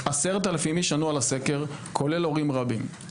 10,000 איש ענו על הסקר, כולל הורים רבים.